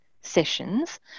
sessions